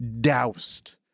doused